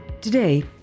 Today